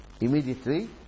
immediately